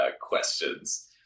questions